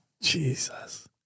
Jesus